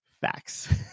Facts